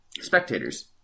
spectators